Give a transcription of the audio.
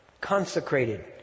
consecrated